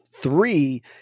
three